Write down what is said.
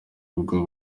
ubwo